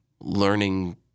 learning